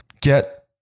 get